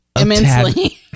immensely